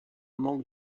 manque